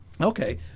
Okay